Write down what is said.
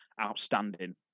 outstanding